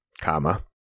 Comma